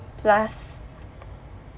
plus